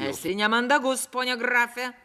esi nemandagus pone grafe